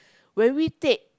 when we take